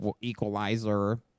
Equalizer